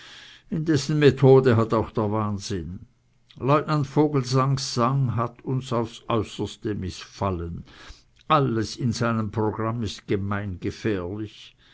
indessen methode hat auch der wahnsinn lieutenant vogelsangs sang hat uns aufs äußerste mißfallen alles in seinem programm ist gemeingefährlich